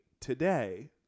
today